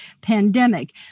pandemic